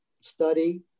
study